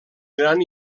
gran